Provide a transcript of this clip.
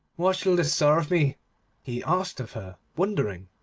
what shall this serve me he asked of her, wondering.